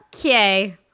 Okay